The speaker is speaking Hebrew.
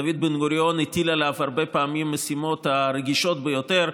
דוד בן-גוריון הטיל עליו הרבה פעמים משימות רגישות ביותר,